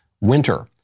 winter